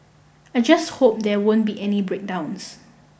I just hope there won't be any breakdowns